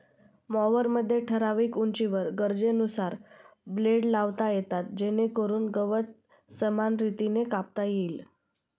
मॉवरमध्ये ठराविक उंचीवर गरजेनुसार ब्लेड लावता येतात जेणेकरून गवत समान रीतीने कापता येईल